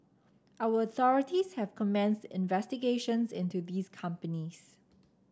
our authorities have commenced investigations into these companies